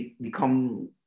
become